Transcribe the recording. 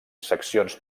seccions